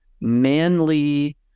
manly